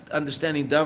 understanding